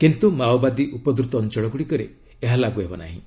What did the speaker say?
କିନ୍ତୁ ମାଓବାଦୀ ଉପଦ୍ରତ ଅଞ୍ଚଳଗୁଡ଼ିକରେ ଏହା ଲାଗୁ ହେବ ନାହିଁ